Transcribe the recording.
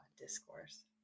Discourse